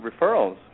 referrals